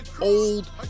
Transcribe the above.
old